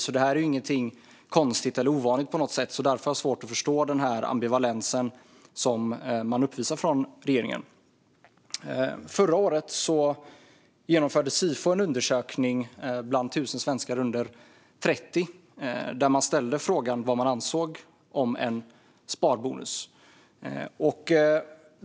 Det är inte på något sätt någonting konstigt eller ovanligt, så därför har jag svårt att förstå regeringens ambivalens. Förra året genomförde Sifo en undersökning bland 1 000 svenskar under 30 år, där man ställde frågan vad de ansåg om en sparbonus.